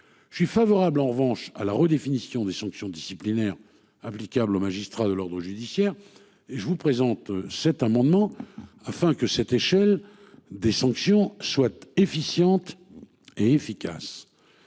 Je suis favorable en revanche à la redéfinition des sanctions disciplinaires applicables aux magistrats de l'ordre judiciaire et je vous présente cet amendement afin que cette échelle des sanctions soit efficiente et efficace.